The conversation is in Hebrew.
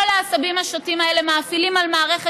כל העשבים השוטים האלה מאפילים על מערכת